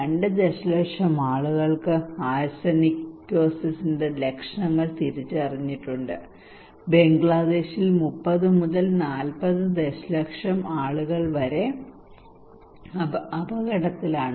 2 ദശലക്ഷം ആളുകൾ ആർസെനിക്കോസിസിന്റെ ലക്ഷണങ്ങൾ തിരിച്ചറിഞ്ഞിട്ടുണ്ട് ബംഗ്ലാദേശിൽ 30 മുതൽ 40 ദശലക്ഷം ആളുകൾ വരെ അപകടത്തിലാണ്